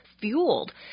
fueled